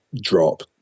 drop